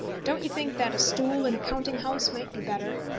don't you think that a stool in a counting-house might be better?